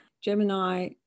Gemini